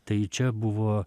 tai čia buvo